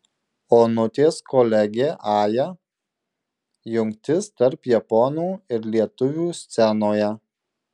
onutės kolegė aja jungtis tarp japonų ir lietuvių scenoje